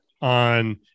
on